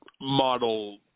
model